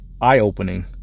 eye-opening